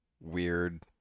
weird